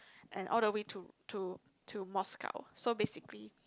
and all the way to to to Moscow so basically